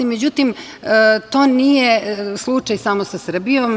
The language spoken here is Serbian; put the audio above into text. Međutim, to nije slučaj samo sa Srbijom.